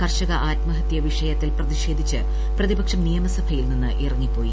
കർഷക ആത്മഹതൃ വിഷയത്തിൽ പ്രതിഷേധിച്ച് പ്രതിപക്ഷം നിയമസഭയിൽ നിന്നിറങ്ങിപ്പോയി